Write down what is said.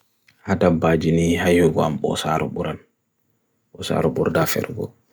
Ya, ngurɗi waɗtani lawol ƴettude nde njettira ɗiɗiɗe ɗum, fuuɗiɗo waɗɗa wonde.